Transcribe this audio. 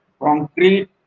concrete